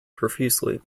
profusely